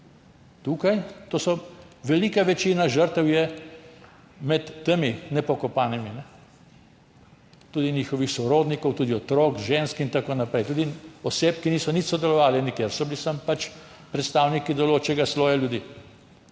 Jugoslavije. Velika večina žrtev je med temi nepokopanimi, tudi njihovih sorodnikov, tudi otrok, žensk in tako naprej, tudi oseb, ki niso nič sodelovale nikjer, so bili pač samo predstavniki določenega sloja ljudi,